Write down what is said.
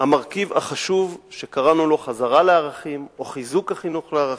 המרכיב החשוב שקראנו לו חזרה לערכים או חיזוק החינוך לערכים.